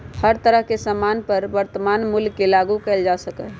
हर तरह के सामान पर वर्तमान मूल्य के लागू कइल जा सका हई